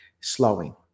slowing